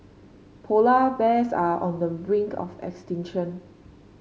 polar bears are on the brink of extinction